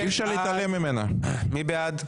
מי בעד?